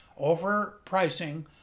overpricing